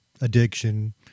addiction